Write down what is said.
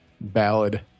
ballad